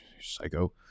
psycho